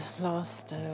last